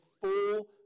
full